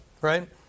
right